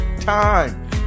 time